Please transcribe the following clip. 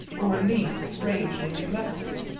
or at least strangely neglected?